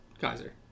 Kaiser